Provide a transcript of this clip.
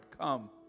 come